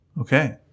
Okay